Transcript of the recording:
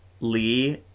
Lee